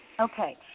Okay